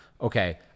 Okay